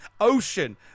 ocean